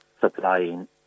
supplying